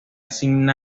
sin